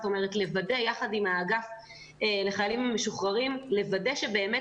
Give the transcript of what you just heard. כלומר לוודא ביחד עם האגף לחיילים משוחררים שבאמת